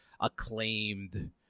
acclaimed